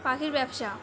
পাখির ব্যবসা